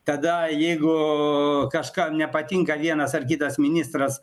tada jeigu kažkam nepatinka vienas ar kitas ministras